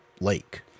lake